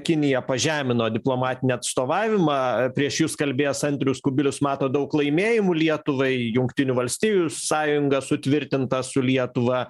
kinija pažemino diplomatinį atstovavimą prieš jus kalbėjęs andrius kubilius mato daug laimėjimų lietuvai jungtinių valstijų sąjunga sutvirtinta su lietuva